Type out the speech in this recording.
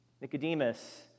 Nicodemus